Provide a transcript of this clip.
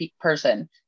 person